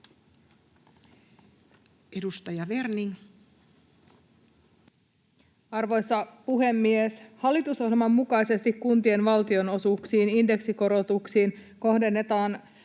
Edustaja Werning. Arvoisa puhemies! Hallitusohjelman mukaisesti kuntien valtionosuuksien indeksikorotuksiin kohdennetaan